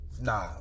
Nah